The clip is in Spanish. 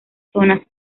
zonas